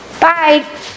Bye